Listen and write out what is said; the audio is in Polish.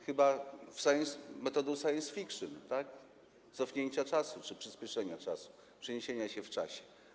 Chyba metodą science-fiction, tak, cofnięcia czasu czy przyspieszenia czasu, przeniesienia się w czasie.